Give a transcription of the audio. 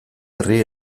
herri